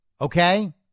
okay